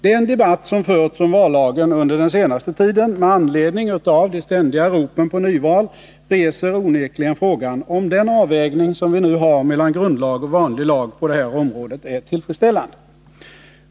Den debatt, som förts om vallagen under den senaste tiden med anledning av de ständiga ropen på nyval, reser onekligen frågan, om den avvägning som vi nu har mellan grundlag och vanlig lag på det här området är tillfredsställande.